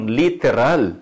literal